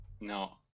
No